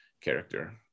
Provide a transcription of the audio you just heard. character